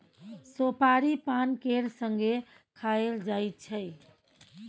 सोपारी पान केर संगे खाएल जाइ छै